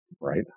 Right